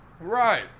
right